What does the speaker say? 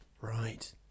right